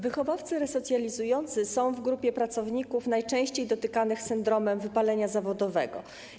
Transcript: Wychowawcy resocjalizujący są w grupie pracowników najczęściej dotykanych syndromem wypalenia zawodowego.